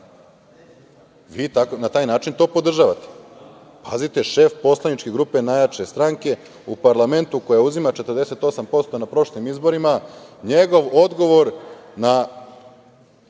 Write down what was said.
Vi na taj način to podržavate. Pazite, šef poslaničke grupe najjače stranke u parlamentu, koja uzima 48% na prošlim izborima, njegov odgovor na